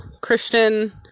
Christian